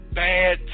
bad